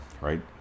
right